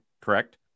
correct